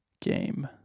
Game